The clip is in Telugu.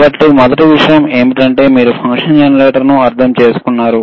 కాబట్టి మొదటి విషయం ఏమిటంటే మీరు ఫంక్షన్ జెనరేటర్ను అర్థం చేసుకున్నారు